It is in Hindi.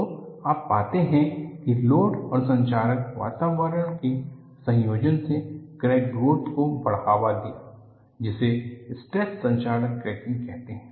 तो आप पाते हैं कि लोड और संक्षारक वातावरण के संयोजन ने क्रैक ग्रोथ को बढ़ावा दिया जिसे स्ट्रेस संक्षारक क्रैकिंग कहते है